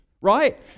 right